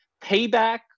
Payback